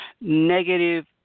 negative